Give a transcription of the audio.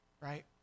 Right